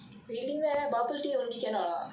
really meh bubble tea only cannot uh